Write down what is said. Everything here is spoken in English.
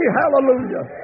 hallelujah